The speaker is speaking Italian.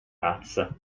razza